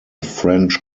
french